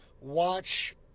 watch